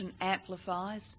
amplifies